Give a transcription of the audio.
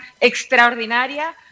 extraordinaria